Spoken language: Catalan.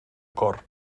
cor